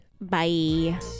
Bye